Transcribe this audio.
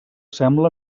sembla